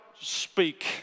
speak